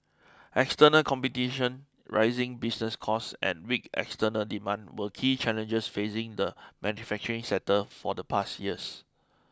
external competition rising business costs and weak external demand were key challenges facing the manufacturing sector for the past years